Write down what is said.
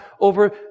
over